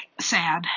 sad